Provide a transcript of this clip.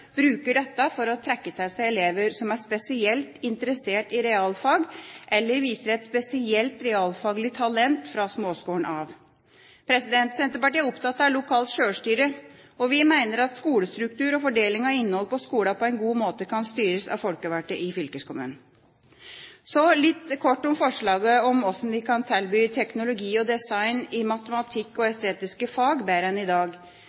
bruker dette for å trekke til seg elever som er spesielt interesserte i realfag, eller som viser et spesielt realfaglig talent fra småskolen av. Senterpartiet er opptatt av lokalt sjølstyre, og vi mener at skolestruktur og fordeling av innhold i skolene på en god måte kan styres av folkevalgte i fylkeskommunen. Så litt kort om forslaget til hvordan vi kan tilby teknologi og design i matematikk og estetiske fag bedre enn i dag.